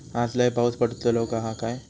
आज लय पाऊस पडतलो हा काय?